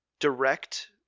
direct